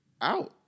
out